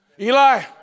Eli